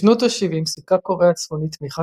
בשנות ה-70 סיפקה קוריאה הצפונית תמיכה